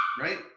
right